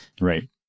Right